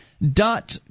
dot